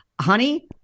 honey